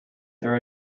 there